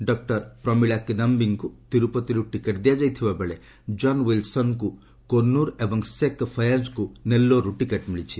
doctor Pramila କିଦାୟୀଙ୍କୁ ତିରୁପତିରୁ ticket ଦିଆଯାଇଥିବାବେଳେ ଜନ୍ ୱିଲ୍ସନ୍ଙ୍କୁ କୋର୍ନୁର୍ ଏବଂ ଶେକ୍ ଫୟାଜ୍ଙ୍କୁ ନେଲୋରରୁ ଟିକେଟ୍ ମିଳିଛି